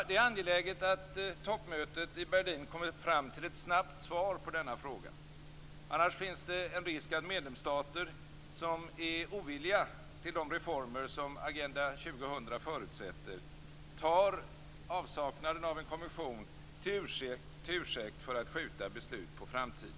Det är angeläget att toppmötet i Berlin kommer fram till ett snabbt svar på denna fråga. Annars finns det en risk för att medlemsstater, som är ovilliga till de reformer som Agenda 2000 förutsätter, tar avsaknaden av en kommission till ursäkt för att skjuta beslut på framtiden.